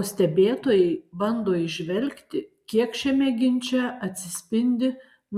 o stebėtojai bando įžvelgti kiek šiame ginče atsispindi